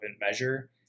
measure